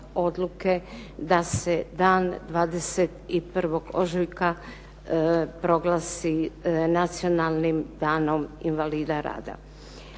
odluke da se dan 21. ožujka proglasi nacionalnim danom invalida rada.